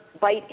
bite